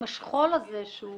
עם השכול הזה שהוא